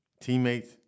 teammates